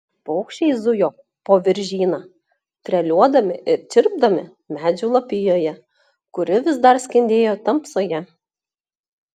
paukščiai zujo po viržyną treliuodami ir čirpdami medžių lapijoje kuri vis dar skendėjo tamsoje